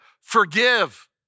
forgive